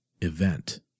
event